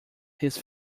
his